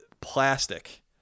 Plastic